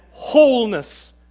wholeness